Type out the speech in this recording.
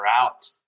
out